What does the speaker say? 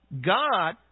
God